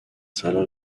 solo